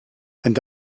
and